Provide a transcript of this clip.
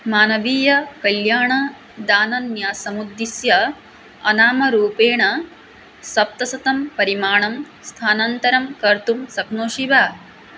मानवीयकल्याणदानन्यासमुद्दिश्य अनामरूपेण सप्तशतं परिमाणं स्थानान्तरं कर्तुं शक्नोषि वा